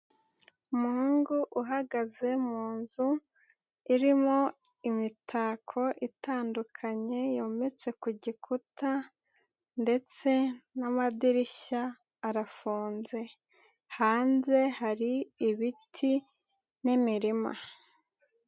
Umuhungu uhagaze mu nzu irimo imitako itandukanye, yometse ku gikuta ndetse n'amadirishya arafunze, hanze hari ibiti n'imirima.